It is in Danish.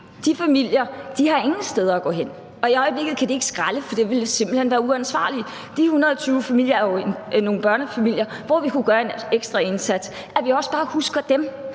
De familier har ingen steder at gå hen, og i øjeblikket kan de ikke skralde, for det ville simpelt hen være uansvarligt. De 120 familier er nogle børnefamilier, som vi vil kunne gøre en ekstra indsats for; dem skal vi også bare huske, når